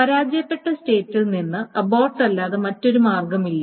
പരാജയപ്പെട്ട സ്റ്റേറ്റിൽ നിന്ന് അബോർട്ട് അല്ലാതെ മറ്റൊരു മാർഗമില്ല